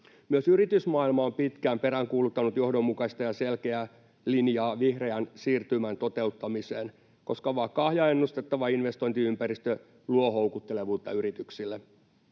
Myös yritysmaailma on pitkään peräänkuuluttanut johdonmukaista ja selkeää linjaa vihreän siirtymän toteuttamiseen, koska vakaa ja ennustettava investointiympäristö luo houkuttelevuutta yrityksille.